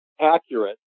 accurate